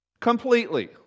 completely